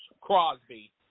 Crosby